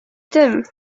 tym